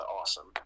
awesome